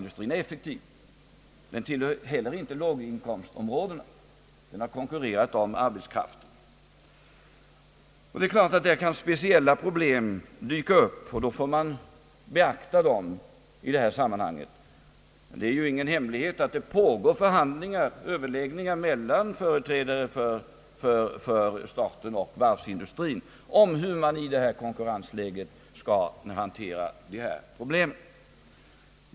Den är effektiv, men den tillhör heller inte låginkomstområdena. Den har konkurrerat om arbetskraft. Det är klart att speciella problem där kan dyka upp, och då får man beakta dem i detta sammanhang. Det är ingen hemlighet att det pågår överläggningar mellan företrädare för staten och för varvsindustrien om hur man i detta konkurrensläge skall hantera detta problem.